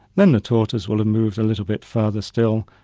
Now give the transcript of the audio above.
then the tortoise will have moved a little bit further still,